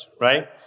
right